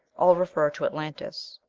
all refer to atlantis.